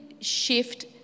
shift